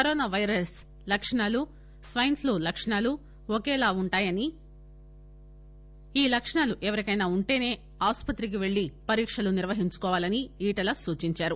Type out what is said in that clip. corona virus లక్షణాలు swine flu లక్షణాలు ఒకేలాగా వుంటాయని ఈ లక్షణాలు ఎవరికైనా వుంటసే ఆసుపత్రికి పెళ్ళి పరీక్షలు నిర్వహించుకోవాలని ఈటల సూచించారు